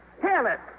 Careless